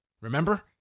remember